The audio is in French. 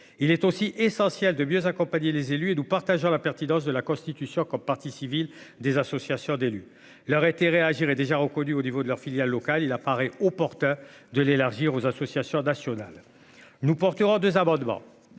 il est aussi essentiel de mieux accompagner les élus et nous partageons la pertinence de la constitution comme partie civile, des associations d'élus, leur intérêt déjà reconnu au niveau de leur filiale locale, il apparaît opportun de l'élargir aux associations nationales, nous porterons 2 amendements